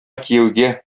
кияүгә